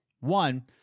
one